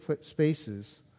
spaces